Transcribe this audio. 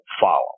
follow